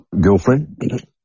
girlfriend